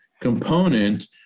component